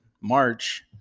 March